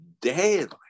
daily